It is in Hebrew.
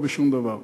לא בשום דבר.